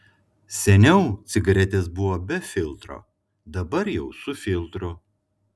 seniau cigaretės buvo be filtro dabar jau su filtru